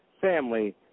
family